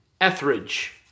Etheridge